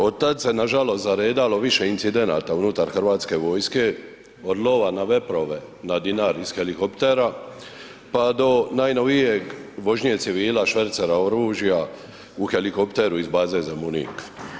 Od tada se nažalost zaredalo više incidenata unutar Hrvatske vojske od lova na veprove na Dinari ih helikoptera, pa do najnovijeg vožnje civila švercera oružja u helikopteru iz Baze Zemunik.